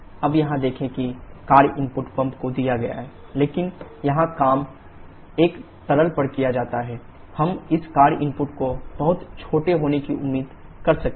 अब यहां देखें कि कार्य इनपुट पंप को दिया गया है लेकिन यहां काम एक तरल पर किया जाता है हम इस कार्य इनपुट को बहुत छोटा होने की उम्मीद कर सकते हैं